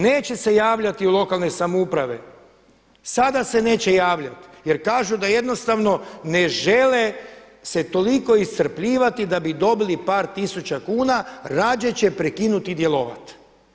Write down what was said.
Neće se javljati lokalne samouprave, sada se neće javljati jer kažu da jednostavno ne žele se toliko iscrpljivati da bi dobili par tisuća kuna rađe će prekinuti djelovati.